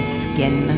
skin